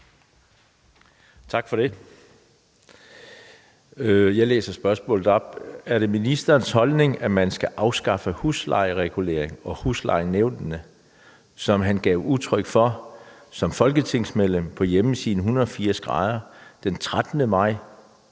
Tak for det. Jeg læser spørgsmålet op: Er det ministerens holdning, at man skal afskaffe huslejereguleringen og huslejenævnene, sådan som han gav udtryk for som folketingsmedlem på hjemmesiden 180Grader.dk den 13. maj